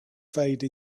fade